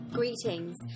Greetings